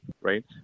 right